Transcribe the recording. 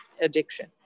addiction